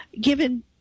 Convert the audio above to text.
given